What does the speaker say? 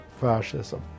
fascism